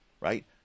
right